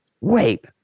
Wait